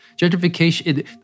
gentrification